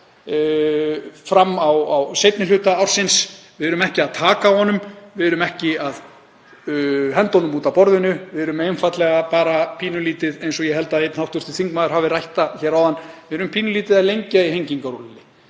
fram á seinni hluta ársins. Við erum ekki að taka á honum. Við erum ekki að henda honum út af borðinu. Við erum einfaldlega bara pínulítið, eins og ég held að einn hv. þingmaður hafi rætt það hér áðan, að lengja í hengingarólinni.